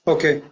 Okay